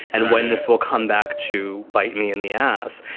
and when this will come back to bite me in the ass.